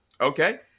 Okay